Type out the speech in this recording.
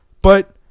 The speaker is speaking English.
But-